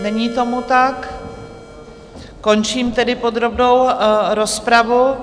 Není tomu tak, končím tedy podrobnou rozpravu.